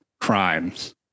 crimes